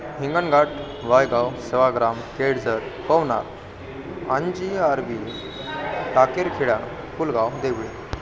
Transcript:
हिंगणघाट वायगाव सेवाग्राम केळझर पवनार आनजीआरबी टाकेरखेडा फुलगाव देवळी